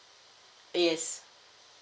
yes